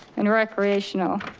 and recreational